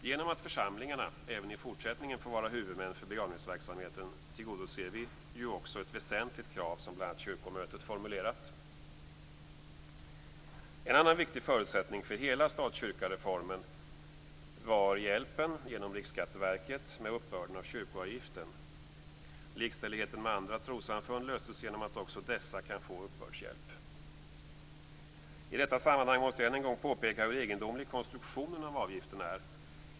Genom att församlingarna även i fortsättningen får vara huvudmän för begravningsverksamheten tillgodoser vi ju också ett väsentligt krav som bl.a. kyrkomötet formulerat. En annan viktig förutsättning för hela stat-kyrka-reformen var hjälpen, genom Likställigheten med andra trossamfund löstes genom att också dessa kan få uppbördshjälp. I detta sammanhang måste jag än en gång påpeka hur egendomlig konstruktionen av avgiften är.